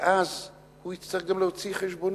ואז הוא יצטרך גם להוציא חשבונית.